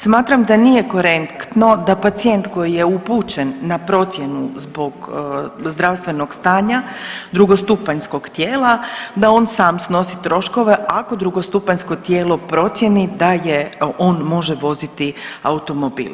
Smatram da nije korektno da pacijent koji je upućen na procjenu zbog zdravstvenog stanja drugostupanjskog tijela da on sam snosi troškove ako drugostupanjsko tijelo procijeni da on može voziti automobil.